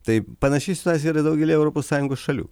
tai panaši situacija yra daugelyje europos sąjungos šalių